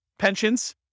Pensions